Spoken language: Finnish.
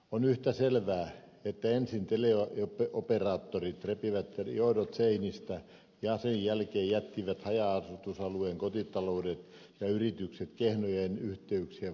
on yhtä selvää että ensin teleoperaattorit repivät johdot seinistä ja sen jälkeen jättivät haja asutusalueiden kotitaloudet ja yritykset kehnojen yhteyksien varaan